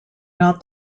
not